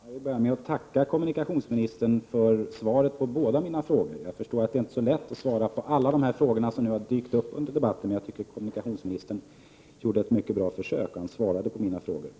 Herr talman! Jag vill börja med att tacka kommunikationsministern för svaret på båda mina frågor. Jag förstår att det inte är så lätt att svara på alla de frågor som dykt upp under debatten. Men jag tycker att kommunikationsministern gjorde ett mycket bra försök att svara,